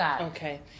Okay